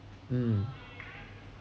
mm